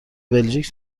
بلژیک